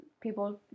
people